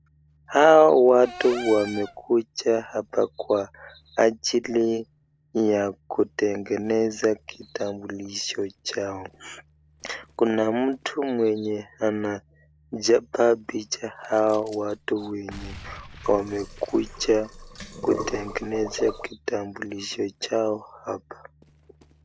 Hawa watu wamekuja hapa Kwa ajili ya kitengenesza kitambulisho chao. Kuna mtu mwenye anachapa picha Kwa hawa watu wenye wamekuja hapa kitengeneza kitambulisho chao hapa.